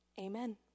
Amen